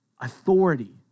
Authority